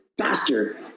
faster